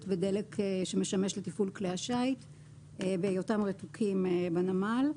בדלק שמשמש לתפעול כלי השיט בהיותם רתוקים בנמל.